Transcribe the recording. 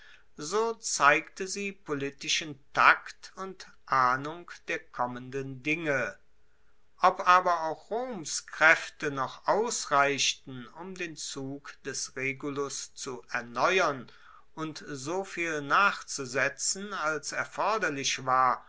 so zeigte sie politischen takt und ahnung der kommenden dinge ob aber auch roms kraefte noch ausreichten um den zug des regulus zu erneuern und soviel nachzusetzen als erforderlich war